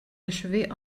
achevé